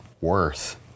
worth